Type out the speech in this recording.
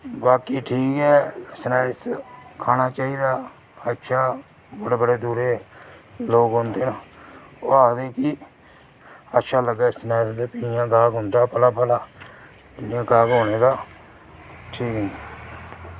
बाकी ठीक ऐ स्नैक्स खाना चाहिदा अच्छा बड़े बड़े दूरै दे लोक औंदे न ओह् आक्खदे की अच्छा लगदा स्नैक्स प्ही इंया गाह्क औंदा पला पला इं'या गाह्क औंदे जी